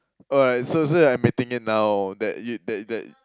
oh yeah so so you're mating it now that it that that